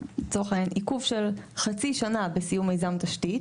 עיכוב של חצי שנה בסיום מיזם תשתית,